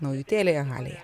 naujutėlėje halėje